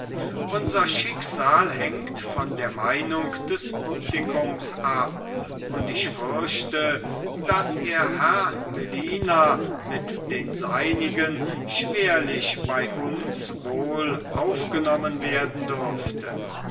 unser schicksal hängt von der meinung des publikums ab und ich fürchte daß ihr herr melina mit den seinigen schwerlich bei uns wohl aufgenommen werden dürfte